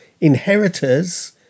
inheritors